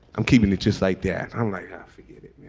i'm keeping it just like that. i'm like, yeah forget it